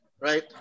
right